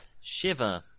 Shiver